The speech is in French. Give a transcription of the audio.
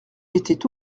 était